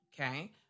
Okay